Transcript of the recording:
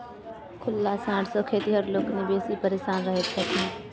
खुल्ला साँढ़ सॅ खेतिहर लोकनि बेसी परेशान रहैत छथि